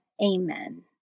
Amen